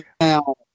Now